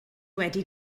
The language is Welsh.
wedi